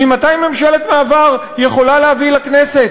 ממתי ממשלת מעבר יכולה להביא לכנסת